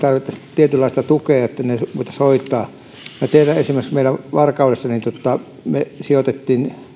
tietynlaista tukea että ne voitaisiin hoitaa esimerkiksi meillä varkaudessa me sijoitimme